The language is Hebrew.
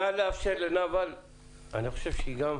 תאפשרו לנאווה להשיב.